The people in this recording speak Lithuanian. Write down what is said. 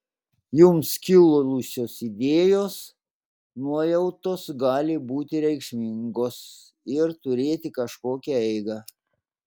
jums kilusios idėjos nuojautos gali būti reikšmingos ir turėti kažkokią eigą